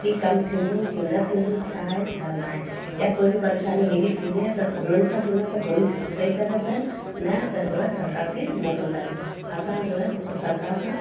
कि कमु थींदो कि न थींदो छा आहे छा न आहे या कोई बि परेशानी अहिड़ी थींदी आहे त हुननि सां थींदो आहे त होई सही करे रखंदा आहिनि न त जो आहे सरकारि खे मोकिलंदा आहिनि असांजो आहे उहो सरकारि खां